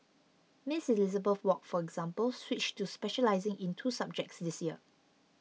Miss Elizabeth Wok for example switched to specialising in two subjects this year